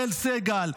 אראל סג"ל,